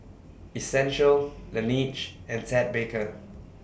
Essential Laneige and Ted Baker